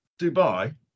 Dubai